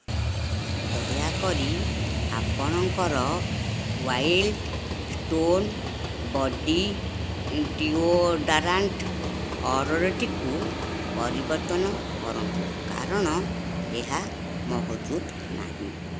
ଦୟାକରି ଆପଣଙ୍କର Wildstone body deodorant ଅର୍ଡ଼ର୍ଟିକୁ ପରିବର୍ତ୍ତନ କରନ୍ତୁ କାରଣ ଏହା ମହଜୁଦ ନାହିଁ